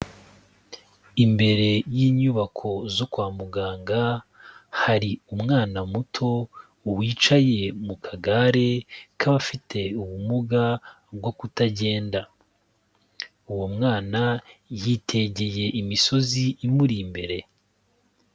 Imbere y'inyubako zo kwa muganga hari umwana muto wicaye mu kagare k'abafite ubumuga bwo kutagenda, uwo mwana yitegeye imisozi imuri imbere.